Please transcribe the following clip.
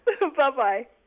bye-bye